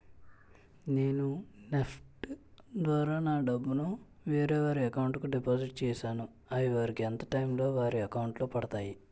నేను నెఫ్ట్ ద్వారా నా డబ్బు ను వేరే వారి అకౌంట్ కు డిపాజిట్ చేశాను అవి వారికి ఎంత టైం లొ వారి అకౌంట్ లొ పడతాయి?